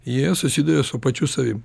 jie susiduria su pačiu savim